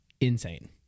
insane